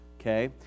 okay